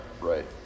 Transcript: Right